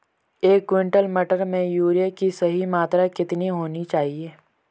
एक क्विंटल मटर में यूरिया की सही मात्रा कितनी होनी चाहिए?